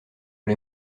les